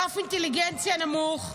רף אינטליגנציה נמוך,